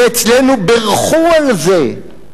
ואצלנו בירכו על זה.